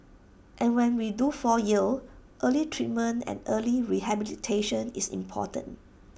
and when we do fall ill early treatment and early rehabilitation is important